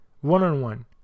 One-on-one